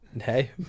hey